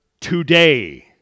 today